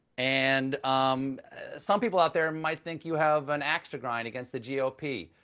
and some people out there might think you have an axe to grind against the g o p.